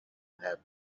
have